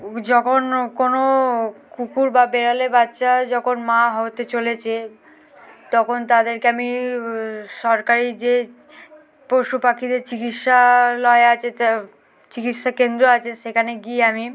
যখন কোনো কুকুর বা বেড়ালে বাচ্চা যখন মা হতে চলেছে তখন তাদেরকে আমি সরকারি যে পশু পাখিদের চিকিৎসালয় আছে চিকিৎসা কেন্দ্র আছে সেখানে গিয়ে আমি